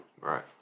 Right